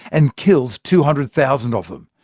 and kills two hundred thousand of them.